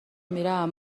میرم